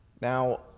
Now